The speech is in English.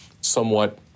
somewhat